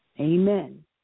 Amen